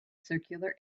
circular